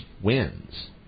wins